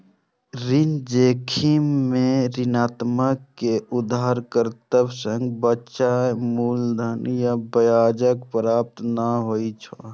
ऋण जोखिम मे ऋणदाता कें उधारकर्ता सं बकाया मूलधन आ ब्याजक प्राप्ति नै होइ छै